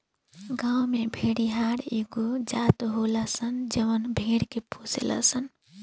गांव में भेड़िहार एगो जात होलन सन जवन भेड़ के पोसेलन सन